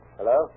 Hello